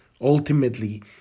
Ultimately